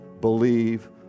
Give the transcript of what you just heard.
believe